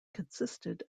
consisted